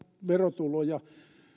verotuloja